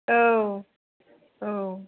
औ औ